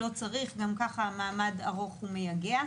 לא צריך, גם ככה זה מעמד ארוך ומייגע.